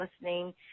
listening